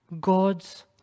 God's